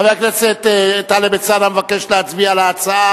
חבר הכנסת טלב אלסאנע מבקש להצביע על ההצעה